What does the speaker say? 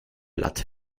latte